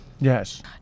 yes